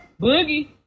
Boogie